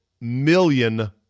million